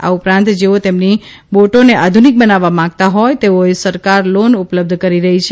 આ ઉપરાંત જેઓ તેમની બોટોને આધુનિક બનાવવા માંગતા હોય તેઓએ સરકાર લોન ઉપલબ્ધ કરી રહી છે